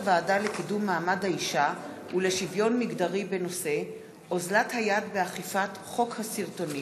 הוועדה לקידום מעמד האישה ולשוויון מגדרי בעקבות דיון